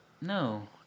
No